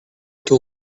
too